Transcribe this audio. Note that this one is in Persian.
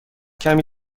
کمی